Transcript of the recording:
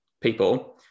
people